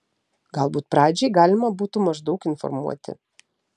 galbūt pradžiai galima būtų maždaug informuoti